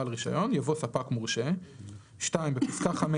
בעל רישיון)" יבוא "ספק מורשה"; (2)בפסקה (5),